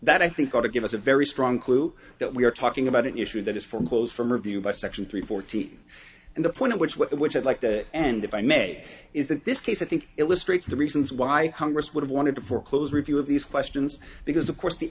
that i think ought to give us a very strong clue that we are talking about an issue that is formed goes from review by section three fourteen and the point at which which i'd like to end if i may is that this case i think it was straight to the reasons why congress would want to foreclose review of these questions because of course the